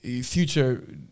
future